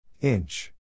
Inch